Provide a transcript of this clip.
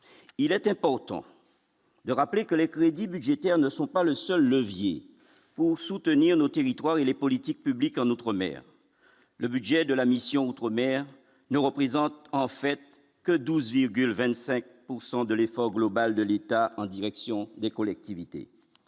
pas autant le rappeler que les crédits budgétaires ne sont pas le seul levier pour soutenir nos territoires et les politiques publiques en outre-mer, le budget de la mission outre-mer ne représente en fait que 12 virgule 25 pourcent de l'effort global de l'État en direction des collectivités,